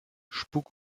spuk